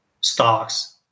stocks